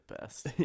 best